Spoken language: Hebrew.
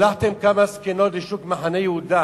שלחתם כמה זקנות לשוק מחנה-יהודה,